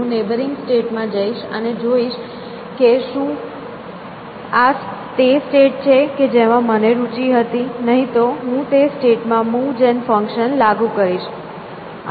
હું neighbouring state માં જઈશ અને જોઇશ કે શું આ તે સ્ટેટ છે કે જેમાં મને રુચિ હતી નહીં તો હું તે સ્ટેટ માં મૂવ જન ફંક્શન લાગુ કરીશ